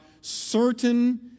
certain